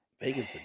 Vegas